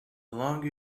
longer